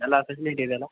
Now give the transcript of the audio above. ಎಲ್ಲ ಫೆಸಿಲಿಟಿ ಇದೆಯಲ್ಲ